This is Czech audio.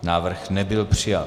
Návrh nebyl přijat.